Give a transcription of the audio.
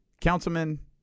councilman